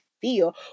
feel